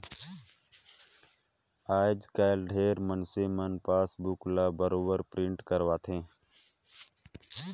आयज कायल ढेरे मइनसे मन पासबुक ल बरोबर पिंट करवाथे